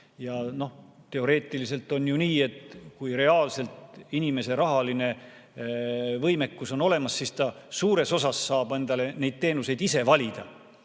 Ja teoreetiliselt on ju nii, et kui reaalselt inimese rahaline võimekus on olemas, siis ta suures osas saab endale neid teenuseid ise valida.